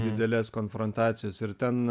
didelės konfrontacijos ir ten